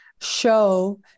show